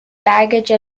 baggage